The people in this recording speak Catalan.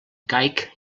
caic